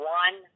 one